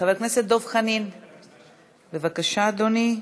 חבר הכנסת דב חנין, בבקשה, אדוני.